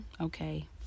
okay